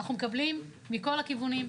אנחנו מקבלים מכל הכיוונים,